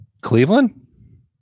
Cleveland